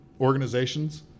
organizations